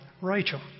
Rachel